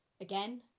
again